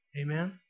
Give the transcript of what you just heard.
Amen